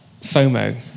FOMO